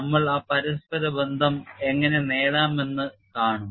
നമ്മൾ ആ പരസ്പര ബന്ധം എങ്ങനെ നേടാമെന്ന് കാണും